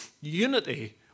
Unity